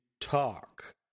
talk